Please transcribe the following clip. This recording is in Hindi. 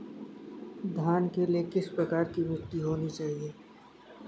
धान के लिए किस प्रकार की मिट्टी होनी चाहिए?